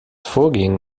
vorgehen